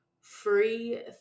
Free